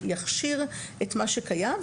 שיכשיר את מה שקיים,